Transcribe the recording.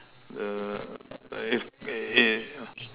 the if